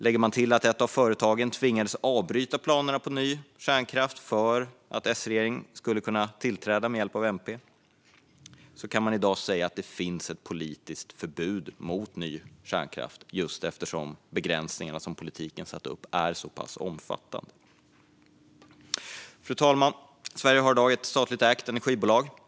Lägger man till att ett av företagen tvingades avbryta planerna på ny kärnkraft för att S-regeringen skulle kunna tillträda med hjälp av MP kan man i dag säga att det finns ett politiskt förbud mot ny kärnkraft, eftersom begränsningarna som politiken satt upp är så pass omfattande. Fru talman! Sverige har i dag ett statligt ägt energibolag.